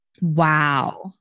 Wow